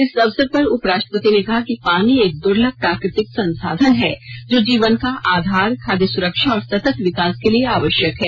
इस अवसर पर उपराष्ट्रपति ने कहा कि पानी एक दुर्लभ प्राकृतिक संसाधन है जो जीवन का आधार खाद्य सुरक्षा और सतत विकास के लिए आवश्यक है